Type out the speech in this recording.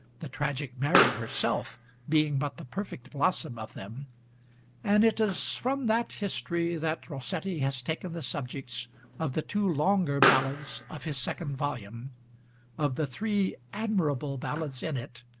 the tragic mary herself being but the perfect blossom of them and it is from that history that rossetti has taken the subjects of the two longer ballads of his second volume of the three admirable ballads in it,